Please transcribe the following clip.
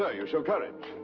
ah you show courage.